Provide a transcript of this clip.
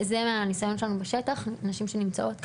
זה מהניסיון שלנו בשטח, נשים שנמצאות כאן,